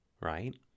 Right